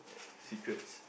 secrets